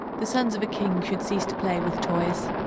the sons of a king should cease to play with toys.